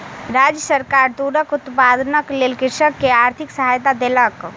राज्य सरकार तूरक उत्पादनक लेल कृषक के आर्थिक सहायता देलक